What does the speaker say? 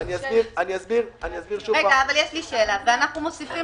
אני אסביר שוב --- יש לי שאלה: אנחנו מוסיפים